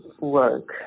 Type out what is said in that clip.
work